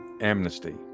amnesty